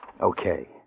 Okay